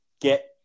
get